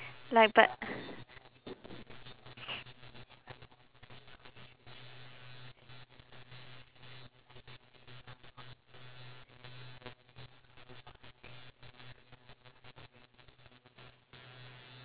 like but